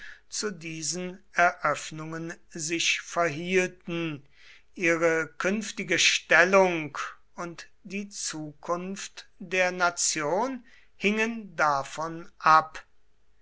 zu diesen eröffnungen sich verhielten ihre künftige stellung und die zukunft der nation hingen davon ab